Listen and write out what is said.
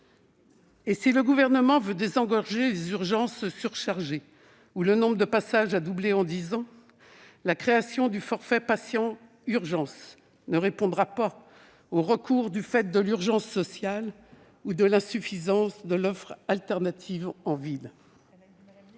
Et, si le Gouvernement veut désengorger les urgences surchargées, où le nombre de passages a doublé en dix ans, la création du « forfait patient urgences » ne répondra pas aux recours à l'hôpital provoqués par l'urgence sociale ou l'insuffisance de l'offre alternative en ville.